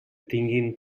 tinguin